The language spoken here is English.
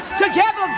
together